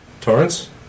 Torrance